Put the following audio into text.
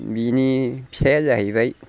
बिनि फिसाइआ जाहैबाय